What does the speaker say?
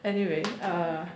anyway err